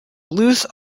loose